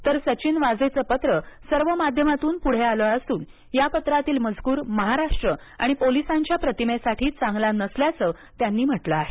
तर सचिन वाझेचे पत्र सर्व माध्यमातून पुढे आलं असून या पत्रातील मजकूर महाराष्ट्र आणि पोलिसांच्या प्रतिमेसाठी चांगला नसल्याचं त्यांनी म्हटलं आहे